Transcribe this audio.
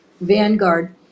Vanguard